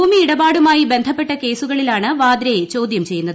ഭൂമിയിടപാടുമായി ബന്ധപ്പെട്ട കേസുകളിലാണ് വാദ്രയെ ചോദൃം ചെയ്യുന്നത്